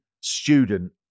student